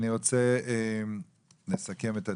אני רוצה לסכם את הדיון.